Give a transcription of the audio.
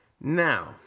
Now